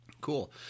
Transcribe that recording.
Cool